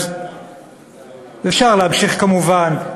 אפשר להמשיך כמובן.